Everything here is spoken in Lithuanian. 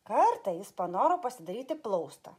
kartą jis panoro pasidaryti plaustą